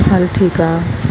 हलु ठीकु आहे